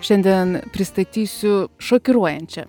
šiandien pristatysiu šokiruojančią